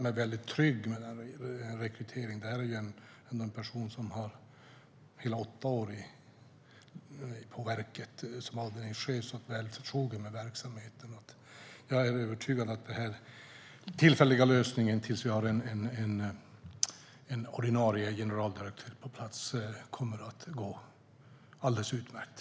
Det är fråga om en person som har åtta år i verket som avdelningschef och därför är väl förtrogen med verksamheten. Jag är övertygad om att den tillfälliga lösningen tills det finns en ordinarie generaldirektör på plats kommer att vara alldeles utmärkt.